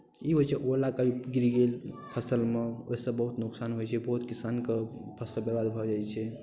ई होइ छै ओला कभी गिड़ गेल फसलमे ओहिसँ बहुत नुकसान होइ छै बहुत किसानके फसल बर्बाद भऽ जाइ छै